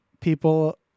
people